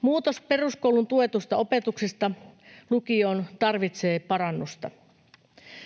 Muutos peruskoulun tuetusta opetuksesta lukioon tarvitsee parannusta.